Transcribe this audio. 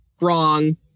wrong